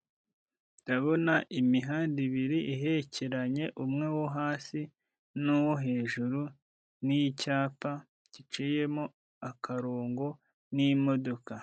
Ndabona imihanda ibiri ihekeranye umwe wo hasi, n'uwo hejuru n'cyapa giciyemo akarongo n'imodoka.